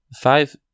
Five